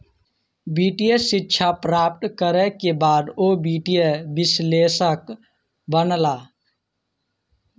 वित्तीय शिक्षा प्राप्त करै के बाद ओ वित्तीय विश्लेषक बनला